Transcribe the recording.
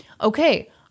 okay